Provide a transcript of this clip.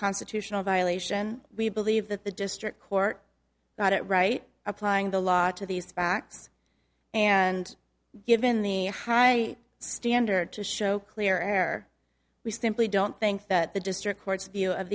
constitutional violation we believe that the district court got it right applying the law to these facts and given the high standard to show clear we simply don't think that the district court's view of